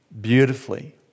beautifully